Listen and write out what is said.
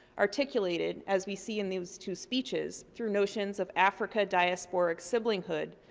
articulated, as we see in those two speeches, through notions of africa diasporic sibling-hood,